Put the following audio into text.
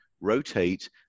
rotate